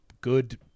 good